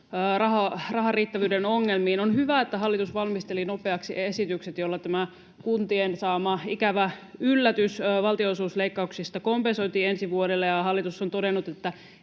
rahan riittävyyden ongelmiin. On hyvä, että hallitus valmisteli nopeasti esitykset, joilla tämä kuntien saama ikävä yllätys valtionosuusleikkauksista kompensoitiin ensi vuodelle, ja hallitus on todennut, että